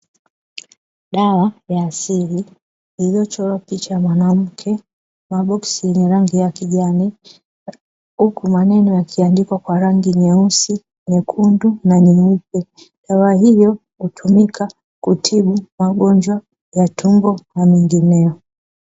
Dawa ya asili iliyochorwa picha ya mwanamke, maboksi yenye rangi ya kijani, huku maneno yakiandikwa kwa rangi nyeusi, nyekundu na nyeupe, Dawa hiyo hutumika kutibu magonjwa ya tumbo na mengineyo.